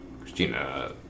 Christina